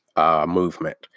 movement